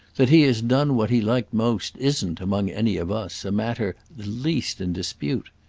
that he has done what he liked most isn't, among any of us, a matter the least in dispute.